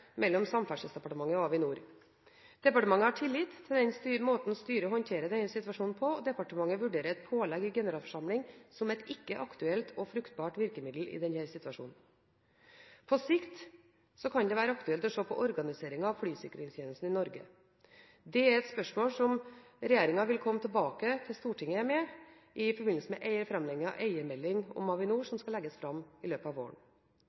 mellom Samferdselsdepartementet og Avinor. Departementet har tillit til den måten styret håndterer denne situasjonen på, og departementet vurderer et pålegg i generalforsamling som et ikke aktuelt og fruktbart virkemiddel i denne situasjonen. På sikt kan det være aktuelt å se på organiseringen av flysikringstjenesten i Norge. Det er et spørsmål som regjeringen vil komme tilbake til Stortinget med i forbindelse med framleggingen av eiermeldingen om Avinor, som skal legges fram i løpet av våren.